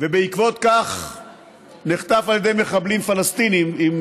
על ידי מחבלים פלסטינים, אם